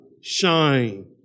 shine